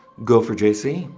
go for jc.